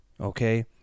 Okay